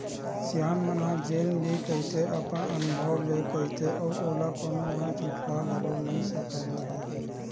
सियान मन ह जेन भी कहिथे अपन अनभव ले कहिथे अउ ओला कोनो ह झुठला घलोक नइ सकय न भई